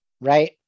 Right